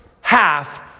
half